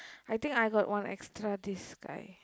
I think I got one extra this guy